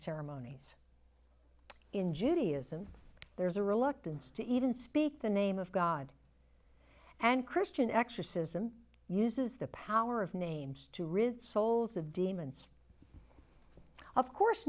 ceremonies in judaism there's a reluctance to even speak the name of god and christian exorcism uses the power of names to rid souls of demons of course